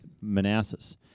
Manassas